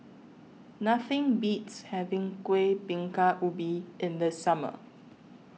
Nothing Beats having Kueh Bingka Ubi in The Summer